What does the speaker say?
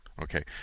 Okay